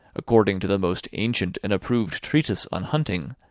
according to the most ancient and approved treatise on hunting,